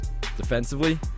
Defensively